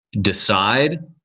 decide